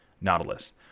Nautilus